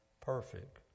perfect